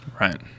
right